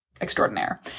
extraordinaire